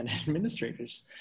administrators